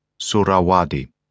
Surawadi